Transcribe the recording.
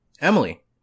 Emily